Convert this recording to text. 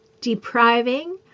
depriving